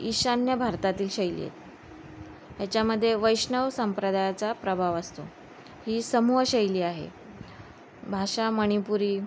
ईशान्य भारतातील शैली आहेत ह्याच्यामध्ये वैष्णव संप्रदायाचा प्रभाव असतो ही समूह शैली आहे भाषा मणिपुरी